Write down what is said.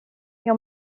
jag